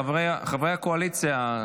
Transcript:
חברי הקואליציה,